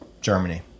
Germany